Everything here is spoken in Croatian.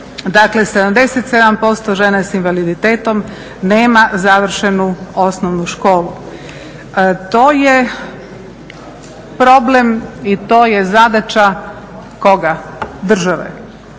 Dakle 77% žena s invaliditetom nema završenu osnovnu školu. To je problem i to je zadaća koga, države